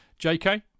JK